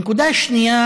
הנקודה השנייה